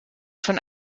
von